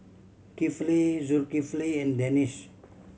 Kifli Zulkifli and Danish